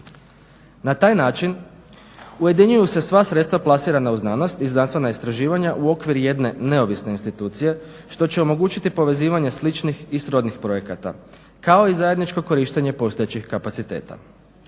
Na taj način ujedinjuju se sva sredstva plasirana u znanost i znanstvena istraživanja u okvir jedne neovisne institucije što će omogućiti povezivanje sličnih i srodnih projekata, kao i zajedničko korištenje postojećih kapaciteta.